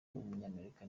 w’umunyamerika